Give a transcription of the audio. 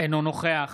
אינו נוכח